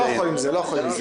אני לא יכול עם זה.